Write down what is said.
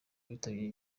bitabiriye